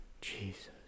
Jesus